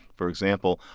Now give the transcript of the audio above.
for example,